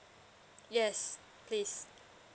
yes please